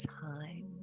time